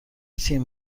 تیم